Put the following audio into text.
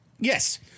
Yes